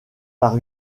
par